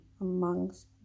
amongst